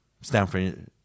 Stanford